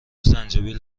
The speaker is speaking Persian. زنجبیل